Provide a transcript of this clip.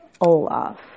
Olaf